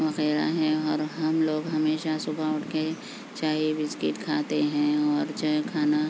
وغیرہ ہیں اور ہم لوگ ہمیشہ صبح اٹھ کے چائے بسکٹ کھاتے ہیں اور چائے کھانا